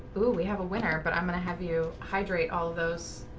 ooh we have a winner but i'm gonna have you hydrate all those